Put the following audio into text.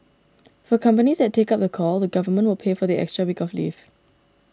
for companies that take up the call the Government will pay for the extra week of leave